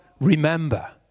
remember